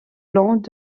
long